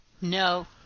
No